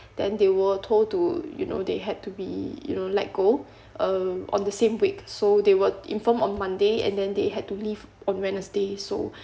then they were told to you know they had to be you know let go uh on the same week so they were informed on monday and then they had to leave on wednesday so